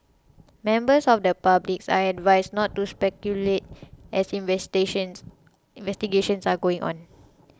members of the public are advised not to speculate as investigations investigations are going on